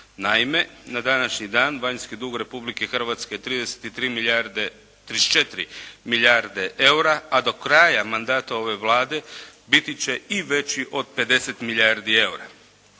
Naime, na današnji dan vanjski dug Republike Hrvatske je 34 milijarde eura, a do kraja mandata ove Vlade biti će i veći od 50 milijardi eura.